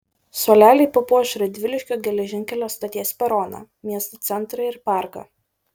suoleliai papuoš radviliškio geležinkelio stoties peroną miesto centrą ir parką